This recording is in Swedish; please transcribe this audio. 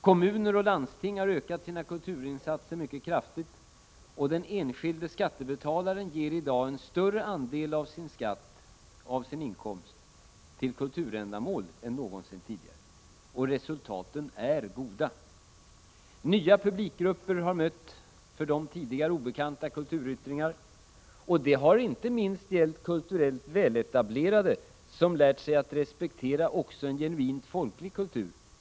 Kommuner och landsting har ökat sina kulturinsatser mycket kraftigt, och den enskilde skattebetalaren ger i dag en större andel av sin inkomst till kulturändamål. Och resultaten är goda. Nya publikgrupper har mött för dem tidigare obekanta kulturyttringar, och det har inte minst gällt kulturellt väletablerade, som lärt sig att respektera också en genuint folklig kultur.